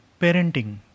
parenting